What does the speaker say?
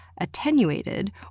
attenuated